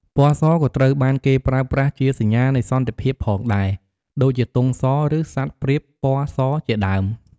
ពណ៌សក៏ត្រូវបានគេប្រើប្រាស់ជាសញ្ញានៃសន្តិភាពផងដែរ ដូចជាទង់ស ឬសត្វព្រាបពណ៌សជាដើម។